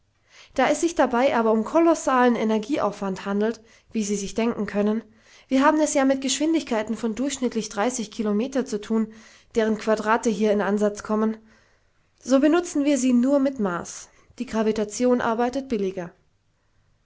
da es sich dabei aber um kolossalen energieaufwand handelt wie sie sich denken können wir haben es ja mit geschwindigkeiten von durchschnittlich dreißig kilometer zu tun deren quadrate hier in ansatz kommen so benutzen wir sie nur mit maß die gravitation arbeitet billiger